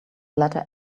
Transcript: letter